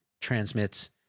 transmits